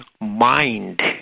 mind